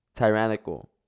Tyrannical